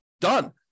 Done